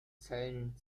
zellen